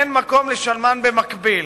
אין מקום לשלמן במקביל.